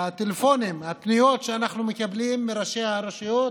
הטלפונים והפניות שאנחנו מקבלים מראשי הרשויות,